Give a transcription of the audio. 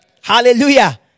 Hallelujah